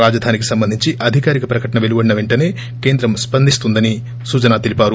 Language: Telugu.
రాజధానికి సంబంధించి అధికారిక ప్రకటన వెలువడిన వెంటనే కేంద్రం స్పందిస్తుందని సుజనా తెలిపారు